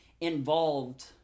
involved